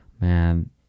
man